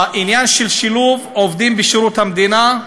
העניין של שילוב עובדים בשירות המדינה,